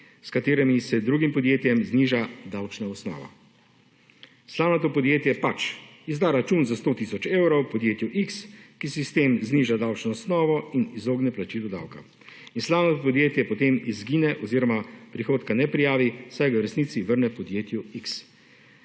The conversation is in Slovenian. s katerimi se drugim podjetjem zniža davčna osnova. Slamnato podjetje pač izda račun za 100 tisoč evrov podjetju X, ki si s tem zniža davčno osnovo in izogne plačilu davka in slamnato podjetje, potem izgine oziroma prihodka ne prijavi, saj ga v resnici vrne podjetju X,